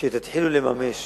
תתחילו לממש